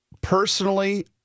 Personally